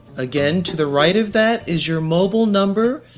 again, to the right of that is your mobile number.